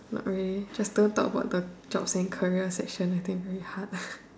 not really just don't talk about the jobs and career section I think very hard